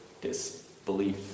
disbelief